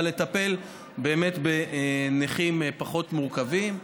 אבל לטפל בנכים פחות מורכבים,